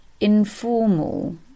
informal